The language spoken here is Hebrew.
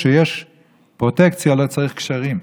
כשיש פרוטקציה לא צריך קשרים.